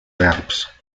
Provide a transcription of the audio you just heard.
verbs